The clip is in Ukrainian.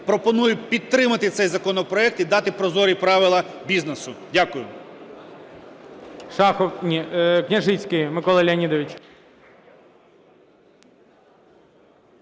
Пропоную підтримати цей законопроект і дати прозорі правила бізнесу. Дякую.